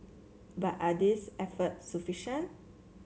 but are these efforts sufficient